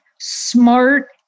smart